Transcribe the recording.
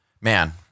man